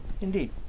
Indeed